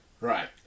right